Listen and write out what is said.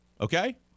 Okay